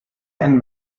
and